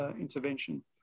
intervention